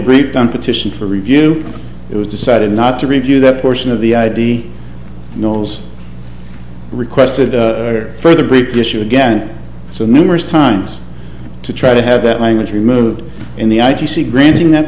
briefed on petition for review it was decided not to review that portion of the id nos requested further big issue again so numerous times to try to have that language removed in the i t c granting that